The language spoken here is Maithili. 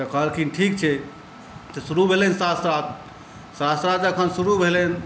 तऽ कहलखिन ठीक छै तऽ शुरू भेलै शास्त्रार्थ शास्त्रार्थ जखन शुरू भेलै